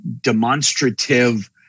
demonstrative